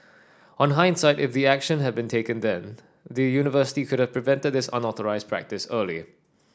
on hindsight if action had been taken then the university could have prevented this unauthorised practice early